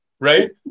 right